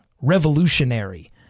revolutionary